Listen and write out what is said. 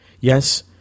yes